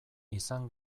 izan